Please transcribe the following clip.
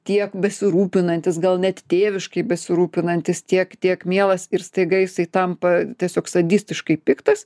tiek besirūpinantis gal net tėviškai besirūpinantis tiek tiek mielas ir staiga jisai tampa tiesiog sadistiškai piktas